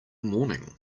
morning